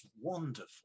wonderful